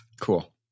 Cool